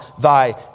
thy